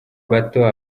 bato